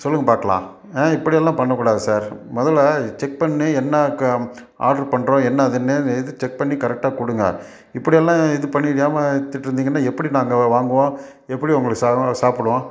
சொல்லுங்க பாக்கலாம் ஆ இப்படி எல்லாம் பண்ணக்கூடாது சார் மொதலில் செக் பண்ணி என்ன க ஆட்ரு பண்ணுறோம் என்ன இதுன்னு எது செக் பண்ணி கரெக்டா கொடுங்க இப்படியெல்லாம் இது பண்ணி ஏமாத்திட்ருந்திங்கன்னா எப்படி நாங்கள் வாங்குவோம் எப்படி உங்கள் ச சாப்பிடுவோம்